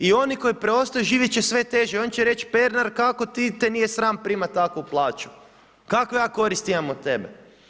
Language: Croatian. I oni koji preostaju živjeti će sve teže, oni će reći, Pernar, kako te nije sram primati takvu plaću, kakve ja koristi imam od tebe.